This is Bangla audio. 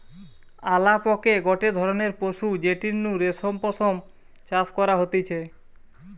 আলাপকে গটে ধরণের পশু যেটির নু রেশম পশম চাষ করা হতিছে